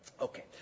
Okay